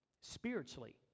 spiritually